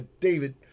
David